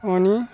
अनि